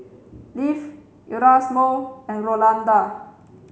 Leif Erasmo and Rolanda